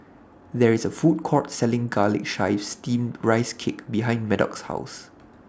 There IS A Food Court Selling Garlic Chives Steamed Rice Cake behind Maddox's House